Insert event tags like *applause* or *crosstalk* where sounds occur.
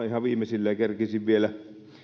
*unintelligible* ihan viimeisillään ja kerkesin vielä